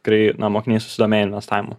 tikrai na mokiniai susidomėję investavimu